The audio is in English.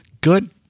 good